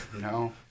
No